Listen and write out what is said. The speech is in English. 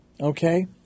okay